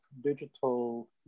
digital